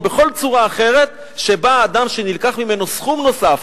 או בכל צורה אחרת שבה אדם שנלקח ממנו סכום נוסף,